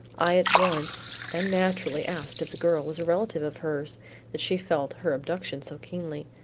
i at once and naturally asked if the girl was a relative of hers that she felt her abduction so keenly.